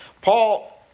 Paul